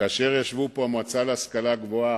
כאשר ישבו פה אנשי המועצה להשכלה גבוהה,